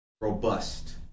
robust